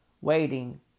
waiting